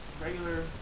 regular